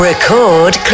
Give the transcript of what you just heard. Record